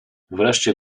wreszcie